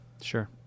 Sure